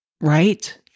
Right